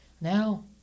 Now